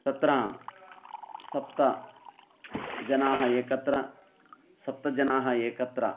तत्र सप्तजनाः एकत्र सप्तजनाः एकत्र